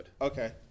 Okay